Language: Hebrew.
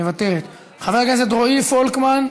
מוותרת, חבר הכנסת רועי פולקמן,